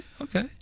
okay